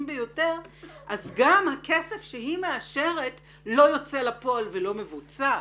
ביותר גם הכסף שהיא מאשרת לא יוצא לפועל ולא מבוצע.